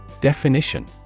Definition